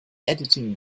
editing